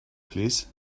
plîs